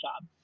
job